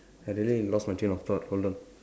suddenly I lost my train of thought hold on